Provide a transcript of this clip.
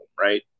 right